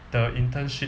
the internship